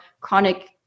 chronic